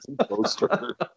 poster